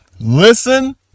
listen